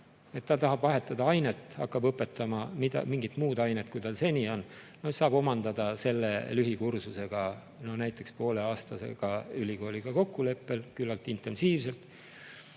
ta tahab vahetada ainet, hakata õpetama mingit muud ainet, kui tal seni on olnud, siis ta saab omandada selle lühikursusel, näiteks poole aasta jooksul, ülikooliga kokkuleppel küllaltki intensiivselt.